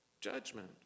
Judgment